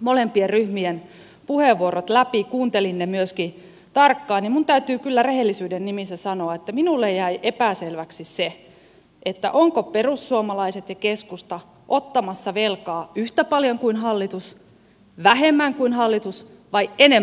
molempien ryhmien puheenvuorot läpi kuuntelin ne myöskin tarkkaan ja minun täytyy kyllä rehellisyyden nimissä sanoa että minulle jäi epäselväksi se ovatko perussuomalaiset ja keskusta ottamassa velkaa yhtä paljon kuin hallitus vähemmän kuin hallitus vai enemmän kuin hallitus